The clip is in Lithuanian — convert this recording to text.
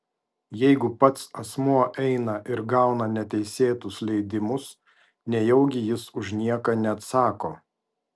jeigu pats asmuo eina ir gauna neteisėtus leidimus nejaugi jis už nieką neatsako